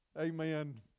amen